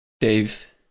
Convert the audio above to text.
Dave